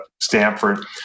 Stanford